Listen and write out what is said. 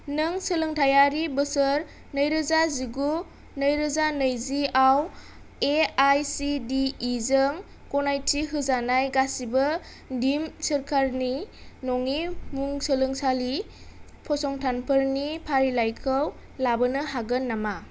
नों सोलोंथायारि बोसोर नै रोजा जिगु नै रोजा नैजिआव A I C D E जों गनायथि होजानाय गासैबो दिम्ड सोरखारनि नङि मुलुगसोंलोंसालि फसंथानफोरनि फारिलाइखौ लाबोनो हागोन नामा